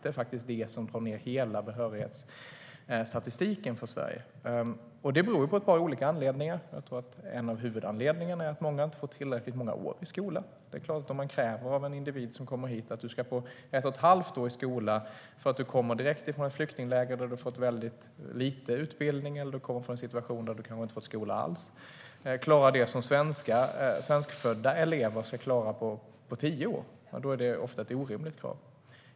Det är faktiskt det som drar ned hela behörighetsstatistiken för Sverige. Det beror på ett par olika saker. Jag tror att en av huvudanledningarna är att många inte får tillräckligt många år i skolan. Man kanske kräver av en individ som kommer hit: Du ska få ett och ett halvt år i skola därför att du kommer direkt från ett flyktingläger där du har fått väldigt lite utbildning eller kommer från en situation där du kanske inte har fått någon skola alls. Att då klara det som svenskfödda elever ska klara på tio år är ofta ett orimligt krav.